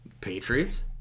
Patriots